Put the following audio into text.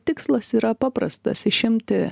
tikslas yra paprastas išimti